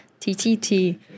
TTT